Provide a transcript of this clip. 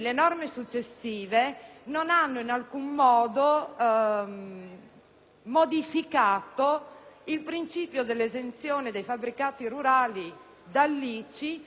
modificato il principio dell'esenzione dei fabbricati rurali dall'ICI, quando questi rispondano ai requisiti richiesti.